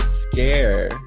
scare